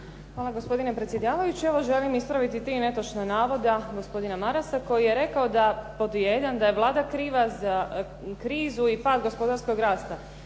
Hvala, gospodine predsjedavajući. Evo želim ispraviti tri netočna navoda gospodina Marasa koji je rekao da pod jedan, da je Vlada kriva za krizu i pad gospodarskog rasta.